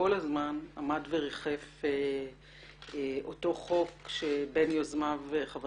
כל הזמן עמד וריחף אותו חוק שבין יוזמיו חבר